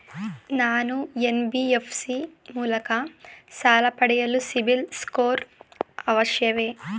ನಾನು ಎನ್.ಬಿ.ಎಫ್.ಸಿ ಮೂಲಕ ಸಾಲ ಪಡೆಯಲು ಸಿಬಿಲ್ ಸ್ಕೋರ್ ಅವಶ್ಯವೇ?